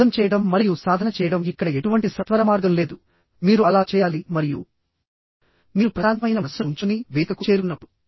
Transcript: సిద్ధం చేయడం మరియు సాధన చేయడం ఇక్కడ ఎటువంటి సత్వరమార్గం లేదుమీరు అలా చేయాలి మరియు మీరు ప్రశాంతమైన మనస్సును ఉంచుకుని వేదికకు చేరుకున్నప్పుడు